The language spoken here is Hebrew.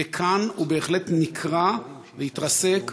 וכאן הוא בהחלט נקרע, התרסק ונשבר.